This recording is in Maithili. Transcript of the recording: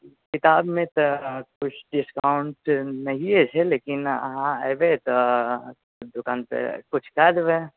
किताबमे तऽ किछु डिस्काउंट नहिये छै लेकिन अहाँ एबै तऽ दुकानपर किछु कए देबै